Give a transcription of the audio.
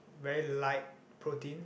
very light protein